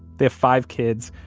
they have five kids,